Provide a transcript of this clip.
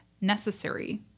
necessary